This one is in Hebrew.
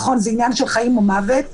שזה עניין של חיים ומוות,